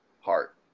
heart